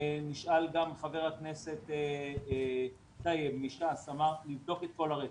גם חבר הכנסת טייב מש"ס אמר לבדוק את כל הרצף.